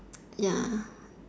ya